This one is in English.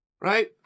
Right